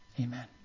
Amen